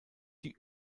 die